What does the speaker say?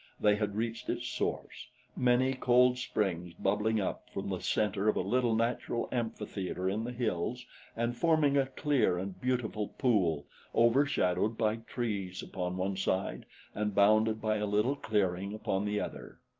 they had reached its source many cold springs bubbling up from the center of a little natural amphitheater in the hills and forming a clear and beautiful pool overshadowed by trees upon one side and bounded by a little clearing upon the other.